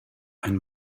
ein